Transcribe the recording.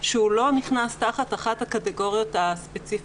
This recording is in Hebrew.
שהוא לא נכנס תחת אחת הקטגוריות הספציפיות.